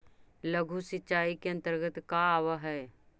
लघु सिंचाई के अंतर्गत का आव हइ?